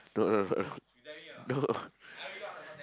no no no no no